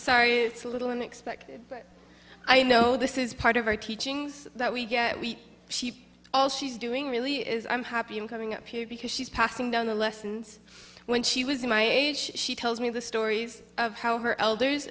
a little unexpected i know this is part of our teachings that we get we all she's doing really is i'm happy i'm coming up here because she's passing down the lessons when she was my age she tells me the stories of how her elders